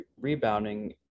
rebounding